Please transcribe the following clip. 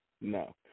No